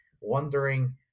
wondering